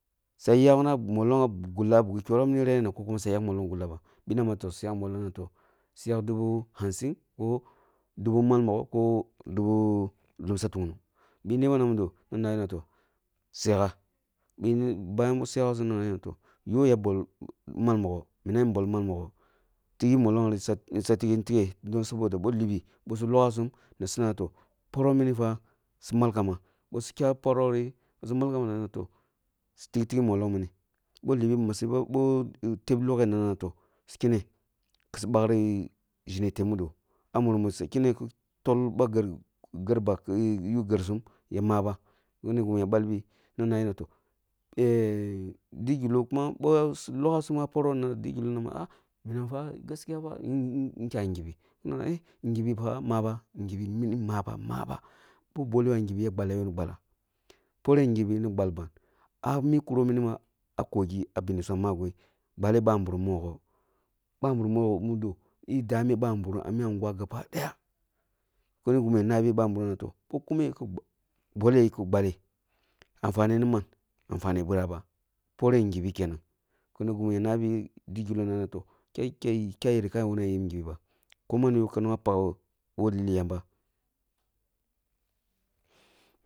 Suya yakna molong gullah ah bugi kyoroh mina reh ko kuma suya yak mollong gullah ba? Bi na ma toh suya yak molling gullah ba toh suya yak dubu hausin ko su yak dubu malmogho ko dubu lum sa tungnung bi neman na nomido na nabi na toh, suyaka bayan suyagha sum nana ma yoh ya bol dubu malmogho minam yi bol malmogho tighi mollongri suya tikni tighe dan saboda boh libi bisu logosum nasi na mo toh, poroh mini fa su malkamba bisi kyamsun a parohri bisi mulkam ba nana toh si tiktighi mollong mini bi libi bi bi masifa ko teb loghe nana toh, bisi mbakri zhene teb mudo ah mure musa kyene kusa tolba ba gelba ki yer sum yira mabo kini gini ya balbi ki nabi na toh di gilloh kuma busu ya logha poroh na digilloh ma gaskiya minam fa yiri kya ngibi na nama ngibi fa maba gibi mini maba maba boh bolego ah ngibi ni gbalban. Ah mi kuroh mini ma ah kogi ah mi benisum ah magwoi gballeh babirim mogho babirim mogho mudo yi dabe babirium a mi angwa gaba daya kirí gìma suya nabi babirim na toh, bi kumeyi ku kumeyi gi gballi anfane ni man anfane biraba poreh ngibi kenan kini gimi ya nabi digillah nana toh, dayereh ki di nana yip ngibiba koman yoh ka nana pak woh lileh yamba.